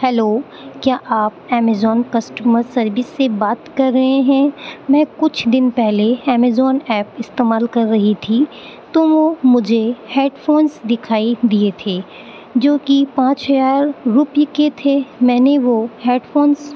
hello کیا آپ Amazon customer service سے بات کر رہے ہیں میں کچھ دن پہلے امیزون ایپ استعمال کر رہی تھی تو وہ مجھے ہیڈ فونس دکھائی دیے تھے جو کہ پانچ ہزار روپیے کے تھے میں نے وہ ہیڈ فونس